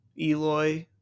Eloy